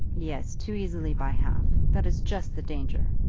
yes too easily by half. that is just the danger.